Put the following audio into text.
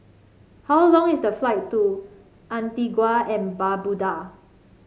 how long is the flight to Antigua and Barbuda